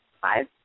Five